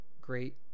great